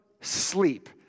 sleep